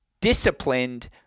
disciplined